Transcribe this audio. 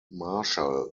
marshall